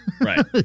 Right